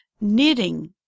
Knitting